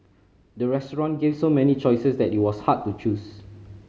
the restaurant gave so many choices that it was hard to choose